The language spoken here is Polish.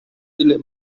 tyle